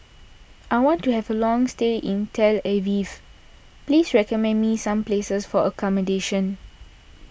I want to have a long stay in Tel Aviv please recommend me some places for accommodation